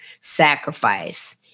sacrifice